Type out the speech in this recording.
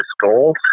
goals